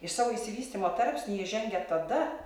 į savo išsivystymo tarpsnį ji žengia tada